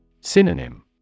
Synonym